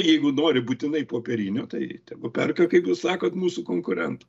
jeigu nori būtinai popierinių tai tegu perka kaip jūs sakot mūsų konkurentų